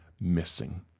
missing